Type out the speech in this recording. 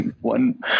One